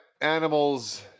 animals